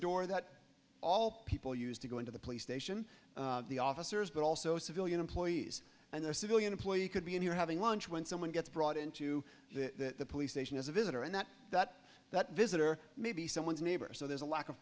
door that all people used to go into the police station the officers but also civilian employees and their civilian employee you could be in here having lunch when someone gets brought into the police station as a visitor and that that that visitor may be someone's neighbor so there's a lack of